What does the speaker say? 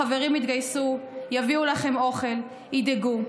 החברים יתגייסו, יביאו לכם אוכל, ידאגו.